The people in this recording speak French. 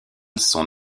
sont